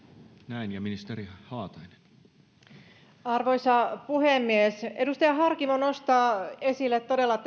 arvoisa puhemies edustaja harkimo nostaa esille todella